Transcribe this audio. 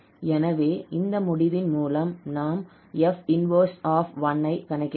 எனவே இந்த முடிவின் மூலம் நாம் 𝐹 - 1 ஐ கணக்கிடலாம்